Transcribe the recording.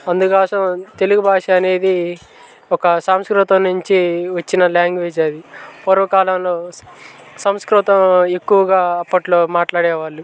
అందుకోసం తెలుగు భాష అనేది ఒక సంస్కృతం నుంచి వచ్చిన లాంగ్వేజ్ అది పూర్వకాలంలో సంస్కృతం ఎక్కువగా అప్పట్లో మాట్లాడే వాళ్ళు